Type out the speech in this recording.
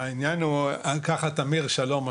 אהלן, תמיר, שלום.